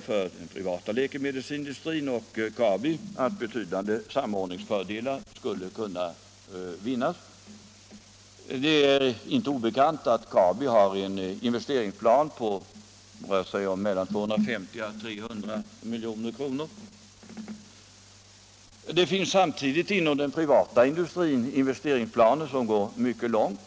för både den privata läkemedelsindustrin och Kabi att betydande samordningsfördelar skulle kunna vinnas. Det är inte obekant att Kabi har en investeringsplan på mellan 250 och 300 milj.kr. Det finns samtidigt inom den privata industrin investeringsplaner som går mycket långt.